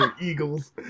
Eagles